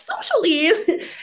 socially